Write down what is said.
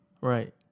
right